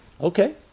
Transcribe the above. Okay